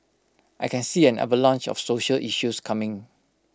I can see an avalanche of social issues coming